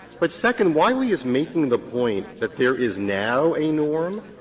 but second, wiley is making the point that there is now a norm.